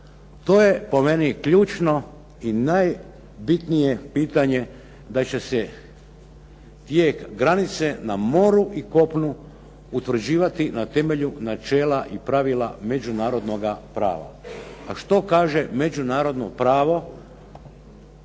To je po meni ključno i najbitnije pitanje da će se tijek granice na moru i kopnu utvrđivati na temelju načela i pravila međunarodnoga prava. A što kaže međunarodno pravo?